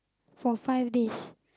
for five days